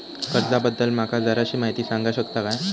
कर्जा बद्दल माका जराशी माहिती सांगा शकता काय?